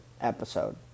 episode